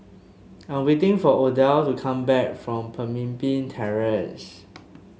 I'm waiting for Odell to come back from Pemimpin Terrace